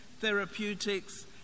therapeutics